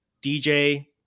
DJ